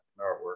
artwork